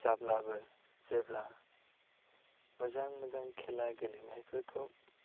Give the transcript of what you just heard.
जाब्लाबो जेब्ला मोजां मोजां खेला गेलेनायफोरखौ